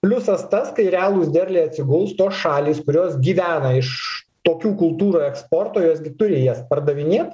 pliusas tas kai realūs derliai atsiguls tos šalys kurios gyvena iš tokių kultūrų eksporto jos gi turi jas pardavinėt